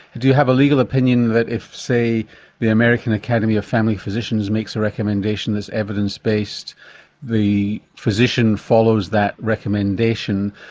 do you have a legal opinion that if say the american academy of family physicians makes a recommendation that's evidence-based, the physician follows that recommendation,